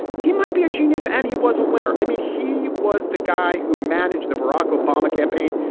he might be a genius and he was a winner. i mean, he was the guy who managed the barack obama campaign.